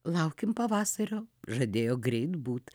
laukim pavasario žadėjo greit būt